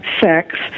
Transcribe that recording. sex